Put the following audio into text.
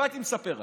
לא הייתי מספר עליו,